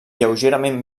lleugerament